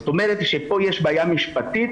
זאת אומרת שפה יש בעיה משפטית